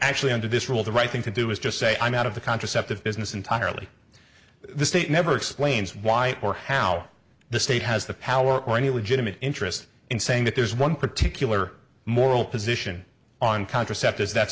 actually under this rule the right thing to do is just say i'm out of the contraceptive business entirely the state never explains why or how the state has the power or any legitimate interest in saying that there's one particular moral position on contraceptives that's